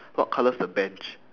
what colour is the bench